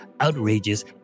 outrageous